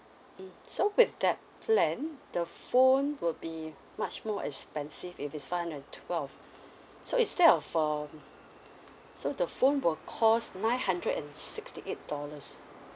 mm so with that plan the phone would be much more expensive if it's five hundred and twelve so instead of um so the phone will cost nine hundred and sixty eight dollars